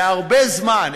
להרבה זמן.